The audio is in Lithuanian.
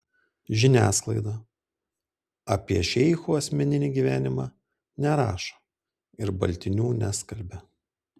žiniasklaida apie šeichų asmeninį gyvenimą nerašo ir baltinių neskalbia